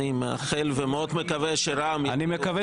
אני מאוד מקווה שרע"מ --- אני מקווה